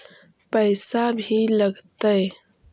पैसा भी लगतय?